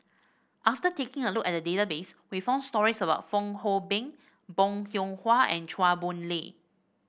after taking a look at the database we found stories about Fong Hoe Beng Bong Hiong Hwa and Chua Boon Lay